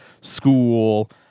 school